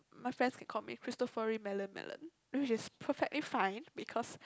my friends they call me cristofori melon melon which is perfectly fine because